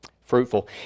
fruitful